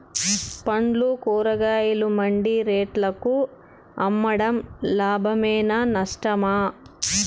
పండ్లు కూరగాయలు మండి రేట్లకు అమ్మడం లాభమేనా నష్టమా?